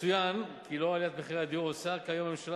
יצוין כי לאור עליית מחירי הדיור עושה כיום הממשלה